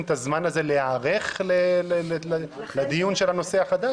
את הזמן הזה להיערך לדיון של הנושא החדש?